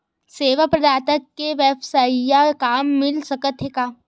सेवा प्रदाता के वेवसायिक काम मिल सकत हे का?